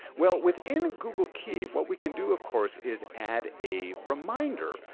well, within google key what we can do, of course, is add a reminder.